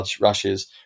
rushes